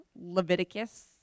Leviticus